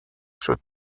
should